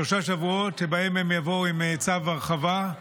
שבהם הם יבואו עם צו הרחבה.